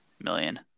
million